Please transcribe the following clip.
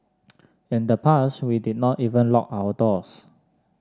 in the past we did not even lock our doors